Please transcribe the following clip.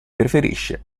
preferisce